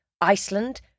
Iceland